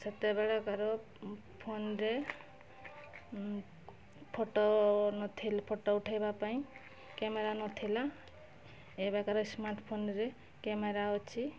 ସେତେବେଳେକାର ଫୋନ୍ରେ ଫଟୋ ନଥିଲି ଫଟୋ ଉଠାଇବା ପାଇଁ କ୍ୟାମେରା ନଥିଲା ଏବେକାର ସ୍ମାର୍ଟ୍ ଫୋନ୍ରେ କ୍ୟାମେରା ଅଛି